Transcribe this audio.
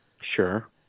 Sure